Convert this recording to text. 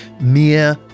Mere